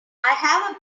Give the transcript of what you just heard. have